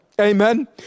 Amen